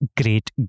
great